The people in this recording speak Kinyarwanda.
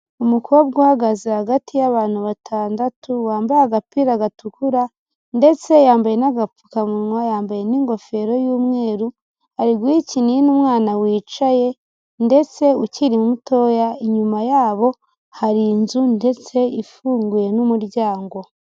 Umukobwa uhagaze hagati y'abantu batandatu wambaye agapira gatukura, ndetse yambaye n'agapfukamunwa yambaye n'ingofero y'umweru, ari guha ikinini umwana wicaye ndetse ukiri mutoya inyuma yabo hari inzu ndetse ifunguye n'umuryango.